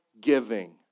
giving